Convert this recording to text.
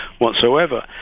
whatsoever